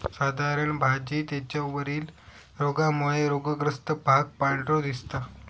साधारण भाजी त्याच्या वरील रोगामुळे रोगग्रस्त भाग पांढरो दिसता